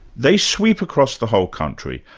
they sweep across the whole country,